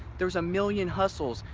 there's a million hustles,